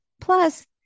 Plus